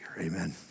amen